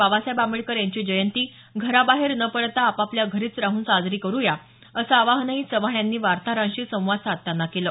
बाबासाहेब आंबेडकर यांची जयंती घराबाहेर न पडता आपआपल्या घरीच राहून साजरी करुया असं आवाहनही चव्हाण यांनी वार्ताहरांशी संवाद साधताना केलं